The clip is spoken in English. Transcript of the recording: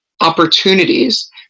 opportunities